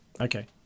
okay